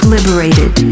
liberated